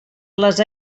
les